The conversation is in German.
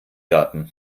garten